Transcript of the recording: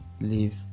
leave